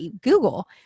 Google